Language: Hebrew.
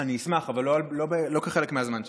אני אשמח, אבל לא כחלק מהזמן שלי.